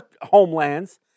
homelands